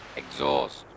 exhaust